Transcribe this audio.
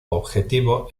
objetivo